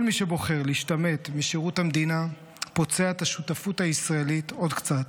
כל מי שבוחר להשתמט משירות המדינה פוצע את השותפות הישראלית עוד קצת.